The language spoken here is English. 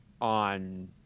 on